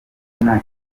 nta